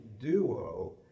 duo